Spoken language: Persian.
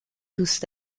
دوست